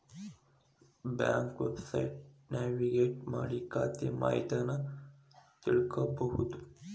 ಬ್ಯಾಂಕ್ನ ವೆಬ್ಸೈಟ್ಗಿ ನ್ಯಾವಿಗೇಟ್ ಮಾಡಿ ಖಾತೆ ಮಾಹಿತಿನಾ ತಿಳ್ಕೋಬೋದು